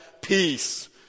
peace